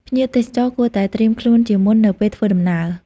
ភ្ញៀវទេសចរគួរតែត្រៀមខ្លួនជាមុននៅពេលធ្វើដំណើរ។